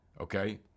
Okay